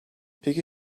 peki